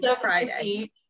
Friday